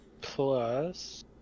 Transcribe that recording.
plus